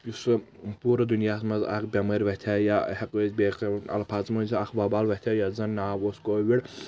یُس سُہ پٗرٕ دنیاہس منٛز اکھ بٮ۪مٲرۍ وتھیے یا ہیٚکو أسۍ بیاکھ الفاظن منٛز اکھ وبال وتھیاو یتھ زن ناو اوس کووِڈ